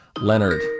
Leonard